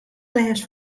lêst